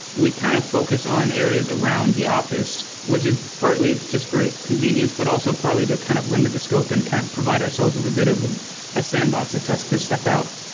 we kind of focus on areas around the office, which is partly just for convenience, but also partly to kind of limit the scope and kind of provide ourselves with a bit of a sandbox to test this stuff out.